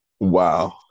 Wow